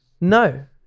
No